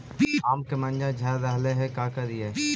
आम के मंजर झड़ रहले हे का करियै?